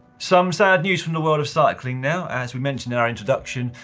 some sad news from the world of cycling now. as we mentioned in our introduction,